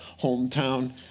hometown